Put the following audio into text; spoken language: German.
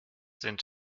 sind